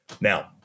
Now